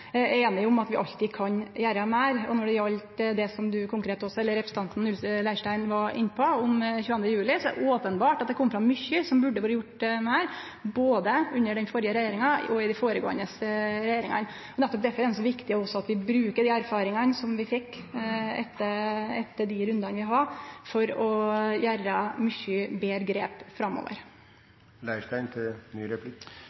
er einige om at vi alltid kan gjere meir. Når det gjaldt det som representanten Leirstein var konkret inne på, om 22. juli, er det openbert at det kom fram mykje som det burde vore gjort noko med, både under den førre regjeringa og under regjeringane før. Nettopp derfor er det så viktig også at vi bruker dei erfaringane vi fekk etter dei rundane vi hadde, for å gjere mykje betre grep framover.